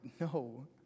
no